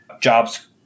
jobs